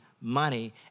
money